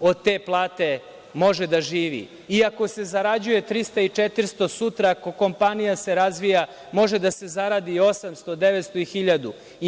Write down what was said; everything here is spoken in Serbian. od te plate može da živi i ako se zarađuje 300 i 400 sutra ako se kompanija razvija može da se zaradi 800, 900 i 1000.